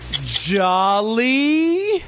Jolly